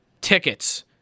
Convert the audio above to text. Tickets